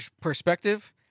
perspective